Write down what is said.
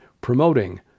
promoting